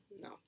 No